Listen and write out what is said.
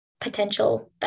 potential